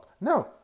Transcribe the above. No